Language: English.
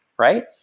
right?